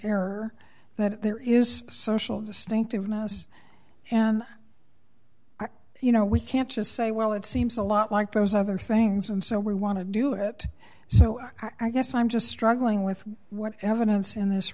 error that there is a social distinctiveness and are you know we can't just say well it seems a lot like those other things and so we want to do it so i guess i'm just struggling with what evidence in this